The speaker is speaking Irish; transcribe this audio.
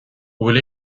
bhfuil